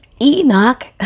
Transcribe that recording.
Enoch